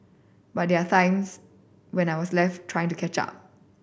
but there were times when I was left trying to catch up